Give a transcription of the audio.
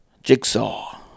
Jigsaw